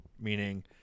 meaning